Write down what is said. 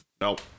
Nope